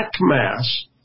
mass